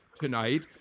tonight